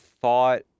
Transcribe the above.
thought